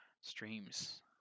streams